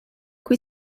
qui